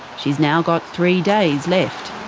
she's now got three days left.